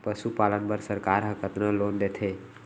पशुपालन बर सरकार ह कतना लोन देथे?